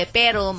pero